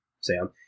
Sam